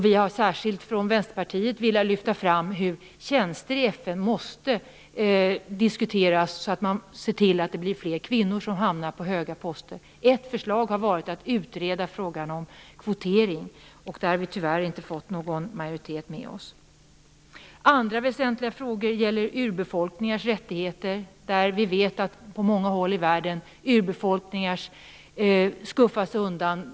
Vi har från Vänsterpartiet särskilt velat lyfta fram att man måste se till att fler kvinnor hamnar på höga poster inom FN. Ett förslag har varit att utreda frågan om kvotering, men där har vi tyvärr inte fått någon majoritet med oss. Andra väsentliga frågor gäller urbefolkningarnas rättigheter. Vi vet att urbefolkningar skuffas undan på många håll i världen.